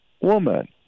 woman